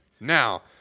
Now